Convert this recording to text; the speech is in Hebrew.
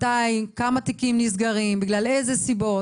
מתי, כמה תיקים נסגרים, בגלל איזה סיבות.